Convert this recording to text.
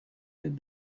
did